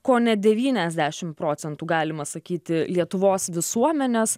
kone devyniasdešim procentų galima sakyti lietuvos visuomenės